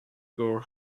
girl